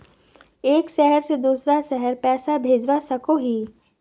एक शहर से दूसरा शहर पैसा भेजवा सकोहो ही?